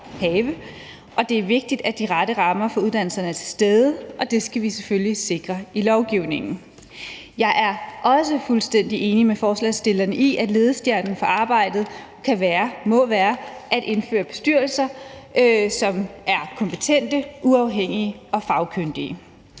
det er vigtigt, at de rette rammer for uddannelserne er til stede, og det skal vi selvfølgelig sikre i lovgivningen. Jeg er også fuldstændig enig med forslagsstillerne i, at ledestjernen for arbejdet må være at indføre bestyrelser, som er kompetente, uafhængige og fagkyndige.